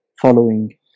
following